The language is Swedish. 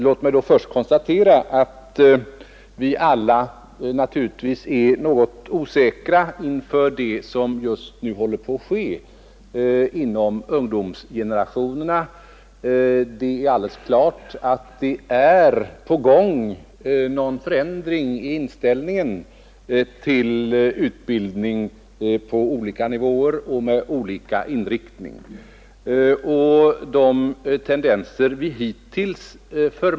Låt mig då förts konstatera att vi alla naturligtvis är något osäkra inför det som just nu håller på att ske inom ungdomsgenerationerna. Det är alldeles klart att det är på gång någon förändring i inställningen till utbildning på olika nivåer och med olika inriktning.